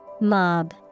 Mob